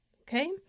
okay